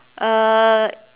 uh